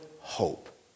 hope